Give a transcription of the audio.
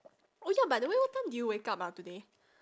oh ya by the way what time did you wake up ah today